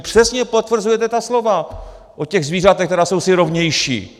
Přesně potvrzujete ta slova o zvířatech, která jsou si rovnější.